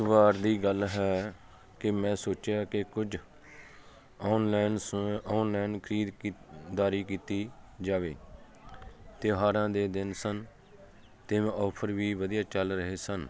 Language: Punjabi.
ਇੱਕ ਵਾਰ ਦੀ ਗੱਲ ਹੈ ਕਿ ਮੈਂ ਸੋਚਿਆ ਕਿ ਕੁਝ ਔਨਲਾਈਨ ਸ ਔਨਲਾਈਨ ਖਰੀਦ ਕੀਤ ਦਾਰੀ ਕੀਤੀ ਜਾਵੇ ਤਿਉਹਾਰਾਂ ਦੇ ਦਿਨ ਸਨ ਅਤੇ ਮੈਂ ਔਫਰ ਵੀ ਵਧੀਆ ਚੱਲ ਰਹੇ ਸਨ